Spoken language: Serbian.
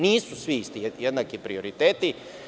Nisu svi jednaki prioriteti.